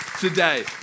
today